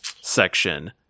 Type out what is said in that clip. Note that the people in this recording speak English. section